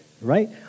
right